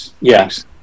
yes